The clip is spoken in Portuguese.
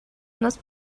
nas